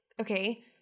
okay